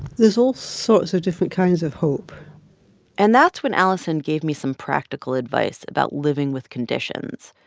there's all sorts of different kinds of hope and that's when alison gave me some practical advice about living with conditions,